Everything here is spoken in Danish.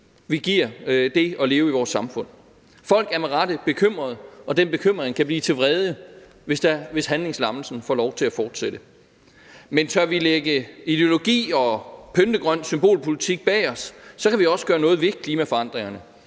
vi giver det at leve i vores samfund. Folk er med rette bekymrede, og den bekymring kan blive til vrede, hvis handlingslammelsen får lov til at fortsætte. Men tør vi lægge ideologi og pyntegrøn symbolpolitik bag os, kan vi også gøre noget ved klimaforandringerne.